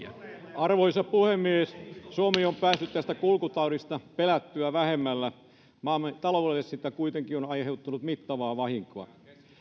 arvoisa puhemies suomi on päässyt tästä kulkutaudista pelättyä vähemmällä maamme taloudelle siitä kuitenkin on aiheutunut mittavaa vahinkoa